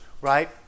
right